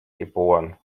geb